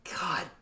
God